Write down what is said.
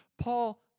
Paul